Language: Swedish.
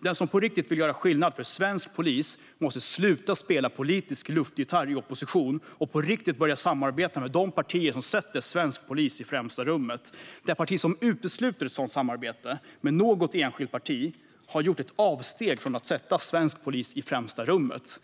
Den som på riktigt vill göra skillnad för svensk polis måste sluta spela politisk luftgitarr i opposition och på riktigt börja samarbeta med de partier som sätter svensk polis i främsta rummet. Det parti som utesluter ett sådant samarbete med något enskilt parti har gjort ett avsteg från att sätta svensk polis i främsta rummet.